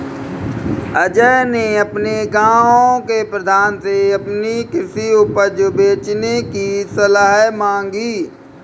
अजय ने अपने गांव के प्रधान से अपनी कृषि उपज बेचने की सलाह मांगी